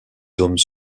hommes